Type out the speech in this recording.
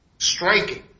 Striking